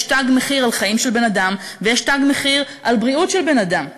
יש תג מחיר על חיים של בן-אדם ויש תג מחיר על בריאות של בן-אדם.